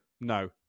No